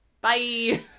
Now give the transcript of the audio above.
Bye